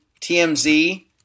TMZ